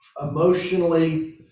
emotionally